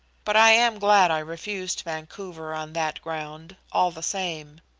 but i am glad i refused vancouver on that ground, all the same.